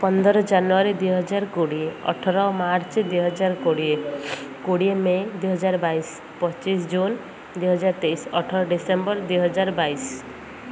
ପନ୍ଦର ଜାନୁଆରୀ ଦୁଇ ହଜାର କୋଡ଼ିଏ ଅଠର ମାର୍ଚ୍ଚ ଦୁଇ ହଜାର କୋଡ଼ିଏ କୋଡ଼ିଏ ମେ ଦୁଇହଜାର ବାଇଶ ପଚିଶି ଜୁନ୍ ଦୁଇ ହଜାର ତେଇଶି ଅଠର ଡ଼ିସେମ୍ବର ଦୁଇ ହଜାର ବାଇଶି